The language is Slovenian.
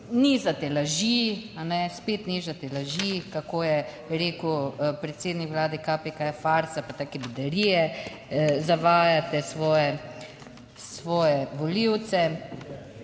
nizate laži, spet nižati laži, kako je rekel predsednik Vlade, KPK farsa, pa take bedarije, zavajate svoje, svoje